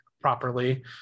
properly